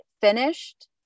finished